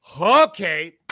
okay